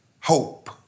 hope